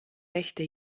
rechte